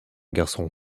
garçon